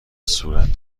صورت